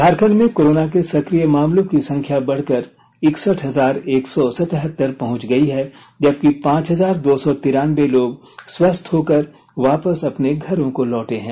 झारखंड में कोरोना के सकिय मामलों की संख्या बढ़कर इकसठ हजार एक सौ सतहतर पहुंच गई है जबकि पांच हजार दो सौ तिरानबे लोग स्वस्थ होकर वापस अपने घरों को लौटे हैं